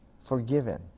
forgiven